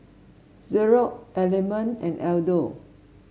Xorex Element and Aldo